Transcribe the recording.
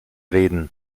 reden